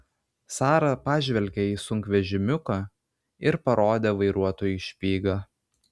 sara pažvelgė į sunkvežimiuką ir parodė vairuotojui špygą